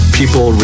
people